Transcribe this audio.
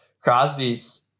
crosbys